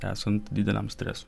esant dideliam stresui